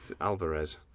Alvarez